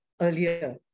earlier